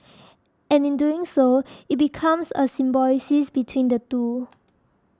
and doing so it becomes a symbiosis between the two